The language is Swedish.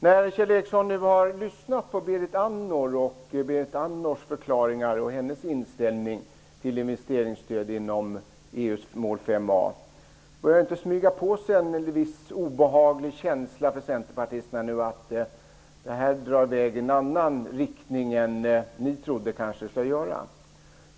När nu Kjell Ericsson har lyssnat till Berit Andnor, till hennes förklaringar och hennes inställning till investeringsstöd inom EU:s mål 5a, börjar det då inte smyga på Kjell Ericsson en viss obehaglig känsla av att det här drar iväg i en annan riktning än vad man inom Centern hade trott?